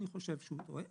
אני חושב שהוא טועה.